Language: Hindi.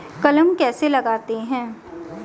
कलम कैसे लगाते हैं?